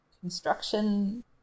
construction